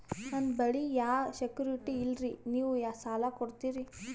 ನನ್ನ ಬಳಿ ಯಾ ಸೆಕ್ಯುರಿಟಿ ಇಲ್ರಿ ನೀವು ಸಾಲ ಕೊಡ್ತೀರಿ?